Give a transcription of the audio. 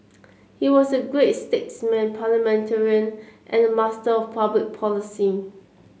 he was a great statesman parliamentarian and a master of public policy